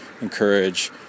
encourage